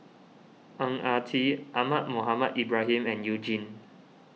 Ang Ah Tee Ahmad Mohamed Ibrahim and You Jin